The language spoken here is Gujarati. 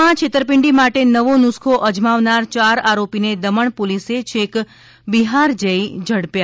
માં છેતરપિંડી માટે નવો નુસખો અજમાવનાર યાર આરોપીને દમણ પોલીસેછેક બિહાર જઈ ઝડપયા